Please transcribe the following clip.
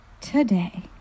today